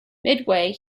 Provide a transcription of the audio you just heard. midway